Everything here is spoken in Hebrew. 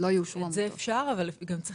צריך